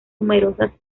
numerosas